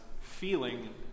feeling